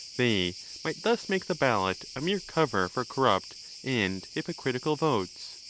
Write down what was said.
they might thus make the ballot a mere cover for corrupt and hypocritical votes.